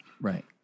Right